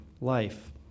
life